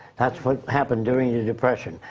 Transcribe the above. that's what happened during the depression.